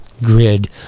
grid